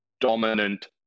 dominant